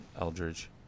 Eldridge